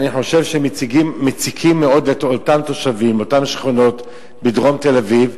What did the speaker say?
אני חושב שהם מציקים מאוד לאותם תושבים באותן שכונות בדרום תל-אביב,